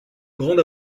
grande